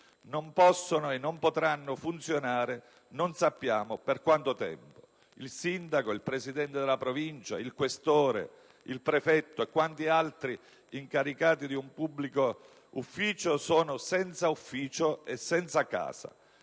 non possono e non potranno funzionare, non sappiamo per quanto tempo. Il Sindaco, il presidente della Provincia, il questore, il prefetto e quanti altri incaricati di un pubblico ufficio sono senza ufficio e senza casa.